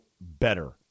Better